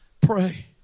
pray